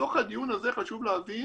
לצורך הדיון הזה חשוב להבין